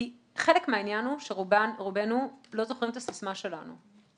מהעניין הוא, שרובנו לא זוכרים את הסיסמה שלנו.